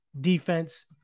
defense